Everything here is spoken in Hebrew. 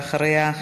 ואחריה,